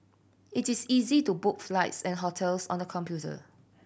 it is easy to book flights and hotels on the computer